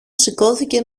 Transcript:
σηκώθηκε